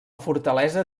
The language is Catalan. fortalesa